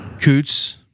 Coots